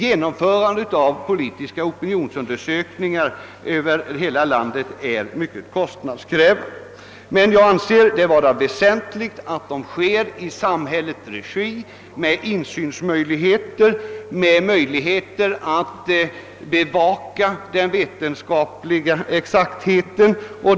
Genomförandet av politiska opinionsundersökningar över hela landet är mycket kostnadskrävande, men jag anser det vara väsentligt att de utförs i samhällets regi med insynsmöjligheter och möjligheter att beakta den vetenskapliga exaktheten.